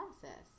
process